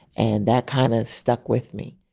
and that kind of stuck with me